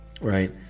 Right